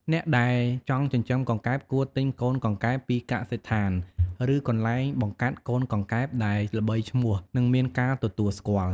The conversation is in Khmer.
អ្នកដែលចង់ចិញ្ចឹមកង្កែបគួរទិញកូនកង្កែបពីកសិដ្ឋាន ឬកន្លែងបង្កាត់កូនកង្កែបដែលល្បីឈ្មោះ និងមានការទទួលស្គាល់។